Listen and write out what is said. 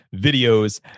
videos